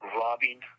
robbing